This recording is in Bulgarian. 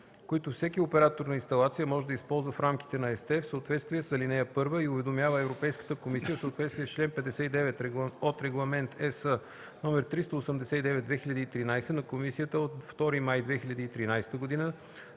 които всеки оператор на инсталация може да използва в рамките на ЕСТЕ в съответствие с ал. 1, и уведомява Европейската комисия в съответствие с чл. 59 от Регламент (ЕС) № 389/2013 на Комисията от 2 май 2013 г.